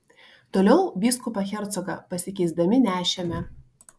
toliau vyskupą hercogą pasikeisdami nešėme